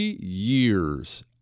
years